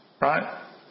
right